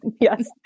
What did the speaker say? Yes